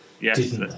Yes